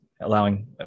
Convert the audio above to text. allowing